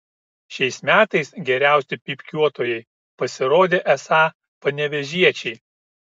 šiais metais geriausi pypkiuotojai pasirodė esą panevėžiečiai